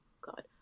God